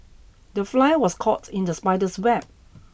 the fly was caught in the spider's web